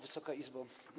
Wysoka Izbo!